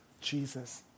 Jesus